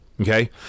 Okay